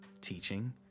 teaching